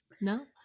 no